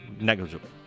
negligible